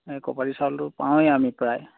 এই ক'পাৰটিভ চাউলটো পাওঁৱেই আমি প্ৰায়